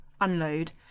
unload